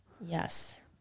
Yes